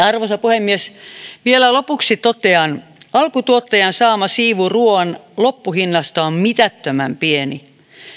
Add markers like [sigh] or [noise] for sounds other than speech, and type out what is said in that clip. [unintelligible] arvoisa puhemies vielä lopuksi totean alkutuottajan saama siivu ruuan loppuhinnasta on mitättömän pieni